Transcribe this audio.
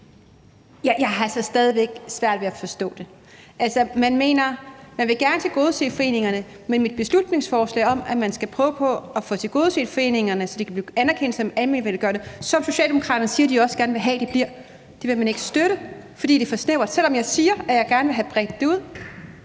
Jeg har altså stadig væk svært ved at forstå det. Man vil gerne tilgodese foreningerne, men vores beslutningsforslag om, at man skal prøve på at få tilgodeset foreningerne, så de kan blive anerkendt som almenvelgørende, som Socialdemokraterne siger de også gerne vil have de bliver, vil man ikke støtte, fordi det er for snævert – selv om jeg siger, at jeg gerne vil have bredt det ud.